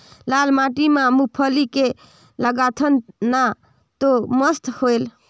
लाल माटी म मुंगफली के लगाथन न तो मस्त होयल?